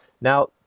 Now